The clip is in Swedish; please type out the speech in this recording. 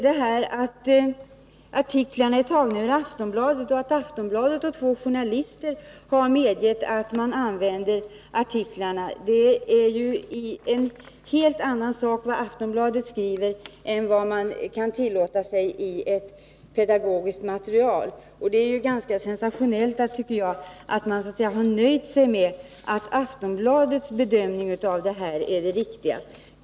Att artiklarna är tagna ur Aftonbladet och att Aftonbladet och två journalister har medgett att artiklarna använts är ju en sak. Det som Aftonbladet skriver är ju någonting helt annat än vad man kan tillåta sig i ett pedagogiskt material. Jag tycker att det är ganska sensationellt att man har nöjt sig med Aftonbladets bedömning och ansett den vara den riktiga.